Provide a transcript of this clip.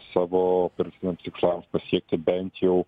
savo priverstiniams tikslams pasiekti bent jau